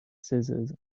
scissors